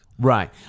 Right